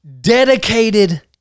dedicated